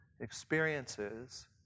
experiences